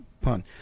pun